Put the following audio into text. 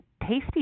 tasty